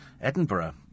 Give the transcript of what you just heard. Edinburgh